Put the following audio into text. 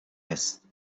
است